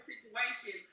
Situation